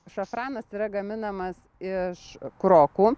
šafranas yra gaminamas iš krokų